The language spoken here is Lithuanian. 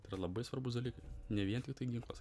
tai yra labai svarbūs dalykai ne vien tiktai ginklas